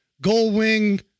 Goldwing